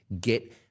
get